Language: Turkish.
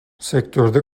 sektörde